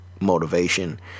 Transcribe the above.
motivation